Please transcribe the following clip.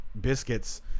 biscuits